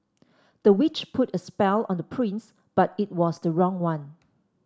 the witch put a spell on the prince but it was the wrong one